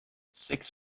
six